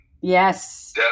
yes